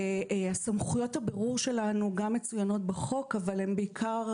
סמכויות הבירור שלנו גם מצוינות בחוק אבל הן בעיקר